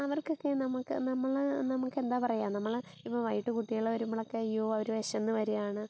അവർക്കൊക്കെ നമുക്ക് നമ്മൾ നമുക്കെന്താ പറയുക നമ്മൾ ഇപ്പം വൈകീട്ട് കുട്ടികൾ വരുമ്പോഴൊക്കെ അയ്യോ അവർ വിശന്ന് വരുകയാണ്